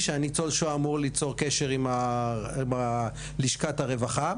שניצול השואה אמור ליצור קשר עם לשכת הרווחה.